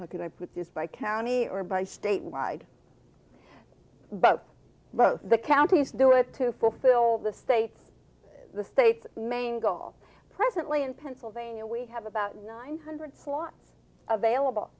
how can i put these by county or by statewide but both the counties do it to fulfill the state's the state's main goal presently in pennsylvania we have about nine hundred flights available